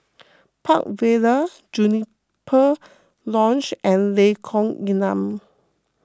Park Vale Juniper Lodge and Lengkong Enam